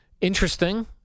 Interesting